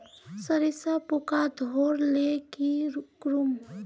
सरिसा पूका धोर ले की करूम?